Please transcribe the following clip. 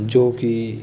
ਜੋ ਕਿ